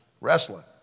wrestling